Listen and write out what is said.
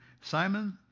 Simon